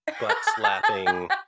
butt-slapping